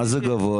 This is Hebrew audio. מה זה גבוה?